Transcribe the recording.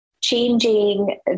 changing